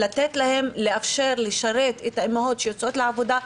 ולאפשר לשרת את האימהות שיוצאות לעבודה,